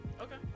Okay